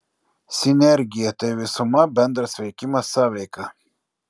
sinergija tai visuma bendras veikimas sąveika